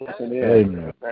Amen